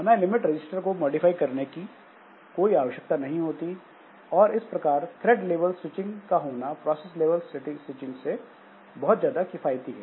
हमें limit register को modify करने की कोई आवश्यकता नहीं होती और इस प्रकार थ्रेड लेबल स्विचिंग का होना प्रोसेस लेवल स्विचिंग से बहुत ज्यादा किफायती है